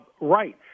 right